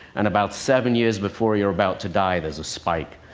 and about seven years before you're about to die, there's a spike.